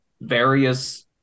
various